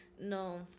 No